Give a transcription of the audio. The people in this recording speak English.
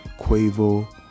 quavo